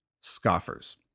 scoffers